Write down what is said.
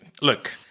look